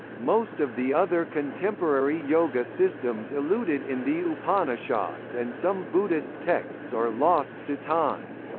most of the other contemporary yoga systems alluded in the upanishads and some buddhist texts are lost to time.